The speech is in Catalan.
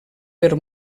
per